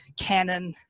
Canon